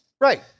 Right